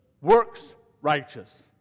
works-righteous